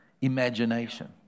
imagination